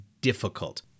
difficult